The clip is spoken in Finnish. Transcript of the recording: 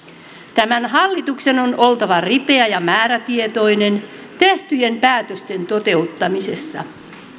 tämän hallituksen on oltava ripeä ja määrätietoinen tehtyjen päätösten toteuttamisessa